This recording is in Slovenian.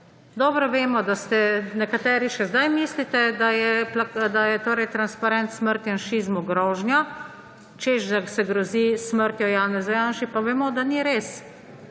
Dobro vemo, nekateri še zdaj mislite, da je transparent smrt janšizmu grožnja, češ, da se grozi s smrtjo Janezu Janši, pa vemo, da ni res,